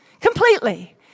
Completely